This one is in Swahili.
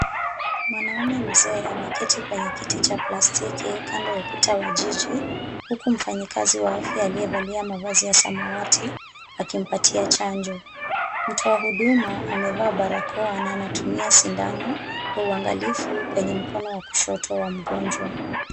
Mwanaume mzee ameketi kwenye kiti cha plastiki kando ya ukuta wa jiji, huku mfanyikazi wa afya aliyevalia mavazi ya samawati akimpatia chanjo. Mtoa huduma amevaa barakoa na anatumia sindano kwa uangalifu kwenye mkono wa kushoto wa mgonjwa.